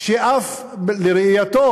שאף לראייתו,